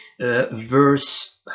Verse